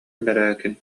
бэрээкин